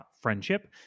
friendship